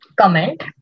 comment